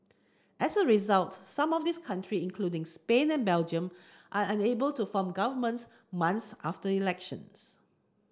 as a result some of these country including Spain and Belgium are unable to form governments months after elections